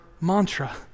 mantra